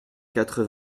quatre